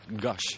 gush